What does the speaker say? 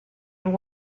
and